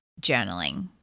journaling